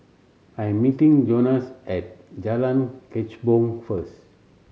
I am meeting Jonas at Jalan Kechubong first